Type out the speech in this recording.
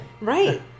right